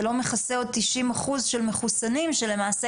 זה לא מכסה עוד 90% של מחוסנים שלמעשה